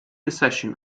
accession